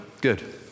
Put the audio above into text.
Good